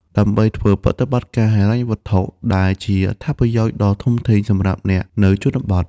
ដើម្បីធ្វើប្រតិបត្តិការហិរញ្ញវត្ថុ ដែលជាអត្ថប្រយោជន៍ដ៏ធំធេងសម្រាប់អ្នកនៅជនបទ។